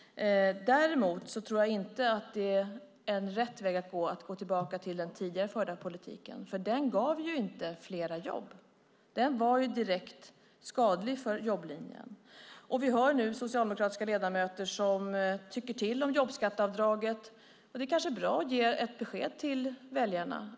Däremot tror jag inte att det är rätt väg att gå tillbaka till den tidigare förda politiken, för den gav ju inte fler jobb. Den var direkt skadlig för jobblinjen. Vi har nu socialdemokratiska ledamöter som tycker till om jobbskatteavdraget, och det kanske är bra att ge ett besked till väljarna.